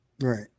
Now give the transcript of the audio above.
right